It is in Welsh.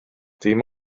dim